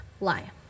lie